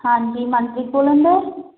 ਹਾਂਜੀ ਮਨਪ੍ਰੀਤ ਬੋਲਣ ਦੇ